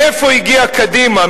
מאיפה הגיעה קדימה?